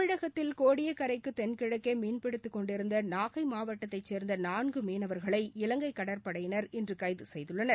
தமிழகத்தில் கோடியக்கரைக்கு தென்கிழக்கே மீன்பிடித்துக் கொண்டிருந்த நாகை மாவட்டத்தைச் சேர்ந்த நான்கு மீனவர்களை இலங்கை கடற்படையினர் இன்று கைது செய்துள்ளனர்